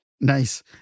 Nice